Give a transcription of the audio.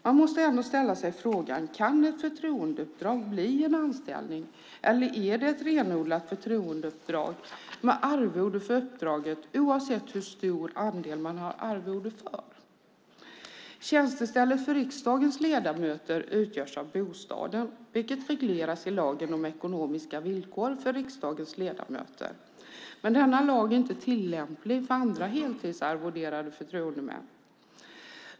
Man måste ändå ställa sig frågan: Kan ett förtroendeuppdrag bli en anställning, eller är det ett renodlat förtroendeuppdrag med arvode för uppdraget oavsett hur stor del man har arvode för? Tjänstestället för riksdagens ledamöter utgörs av bostaden, vilket regleras i lagen om ekonomiska villkor för riksdagens ledamöter. Men denna lag är inte tillämplig för andra heltidsarvoderade förtroendemän.